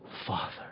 father